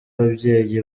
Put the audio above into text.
ababyeyi